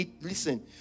Listen